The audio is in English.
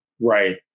Right